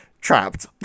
trapped